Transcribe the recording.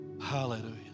Hallelujah